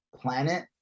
planet